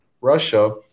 Russia